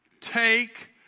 take